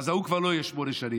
אז ההוא כבר לא יהיה שמונה שנים,